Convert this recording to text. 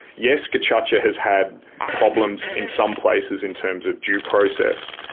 yes, gacaca has had problems in some places in terms of due process.